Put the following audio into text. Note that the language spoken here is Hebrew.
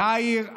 יאיר,